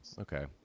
Okay